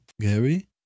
Gary